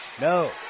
no